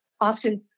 Often